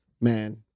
man